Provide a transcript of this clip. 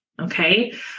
okay